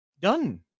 done